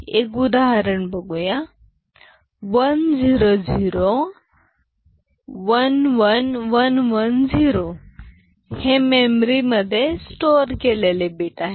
एक उदाहरण बघुया 10011110 हे मेमरी मध्ये स्टोअर केलेले बीट आहेत